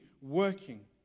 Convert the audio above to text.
working